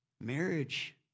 marriage